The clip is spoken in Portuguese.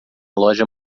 loja